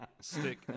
Stick